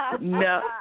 No